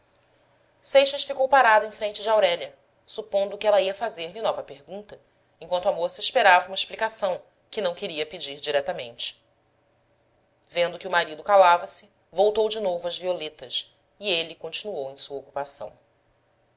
seixas ficou parado em frente de aurélia supondo que ela ia fazer-lhe nova pergunta enquanto a moça esperava uma explicação que não queria pedir diretamente vendo que o marido calava-se voltou de novo às violetas e ele continuou em sua ocupação